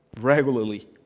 regularly